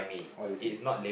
what does it say